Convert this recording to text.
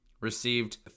received